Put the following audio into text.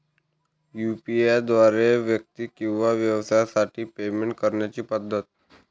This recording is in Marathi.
यू.पी.आय द्वारे व्यक्ती किंवा व्यवसायांसाठी पेमेंट करण्याच्या पद्धती